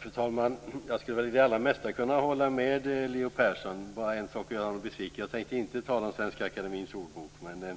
Fru talman! Jag skulle kunna hålla med Leo Persson om det allra mesta. Det är bara på en punkt jag måste göra honom besviken. Jag tänker nämligen inte tala om Svenska Akademiens ordlista.